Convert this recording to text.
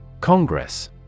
congress